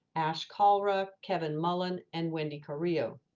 ash cholera kevin mullen, and wendy carillo,